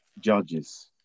Judges